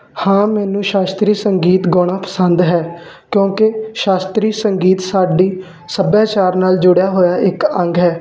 ਹਾਂ ਮੈਨੂੰ ਸ਼ਾਸਤਰੀ ਸੰਗੀਤ ਗਾਉਣਾ ਪਸੰਦ ਹੈ ਕਿਉਂਕਿ ਸ਼ਾਸਤਰੀ ਸੰਗੀਤ ਸਾਡੀ ਸੱਭਿਆਚਾਰ ਨਾਲ ਜੁੜਿਆ ਹੋਇਆ ਇੱਕ ਅੰਗ ਹੈ